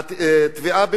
היו, אוקיי.